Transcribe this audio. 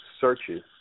searches